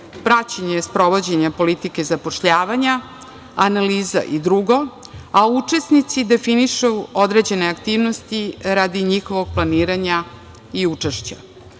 praćenje sprovođenja politike zapošljavanja, analiza i drugo, a učesnici definišu određene aktivnosti radi njihovog planiranja i učešća.